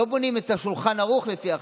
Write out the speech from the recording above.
לא בונים את השולחן ערוך לפי החיים,